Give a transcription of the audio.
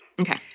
Okay